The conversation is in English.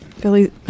Billy